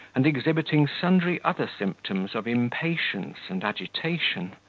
and exhibiting sundry other symptoms of impatience and agitation.